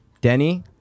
Denny